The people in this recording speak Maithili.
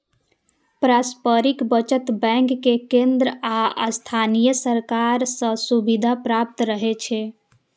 पारस्परिक बचत बैंक कें केंद्र आ स्थानीय सरकार सं सुविधा प्राप्त रहै छै